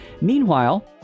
Meanwhile